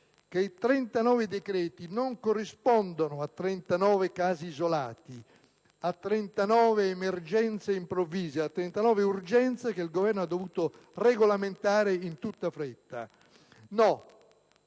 che i 39 decreti non corrispondono a 39 casi isolati, a 39 emergenze improvvise, a 39 urgenze che il Governo ha dovuto regolamentare in tutta fretta. No.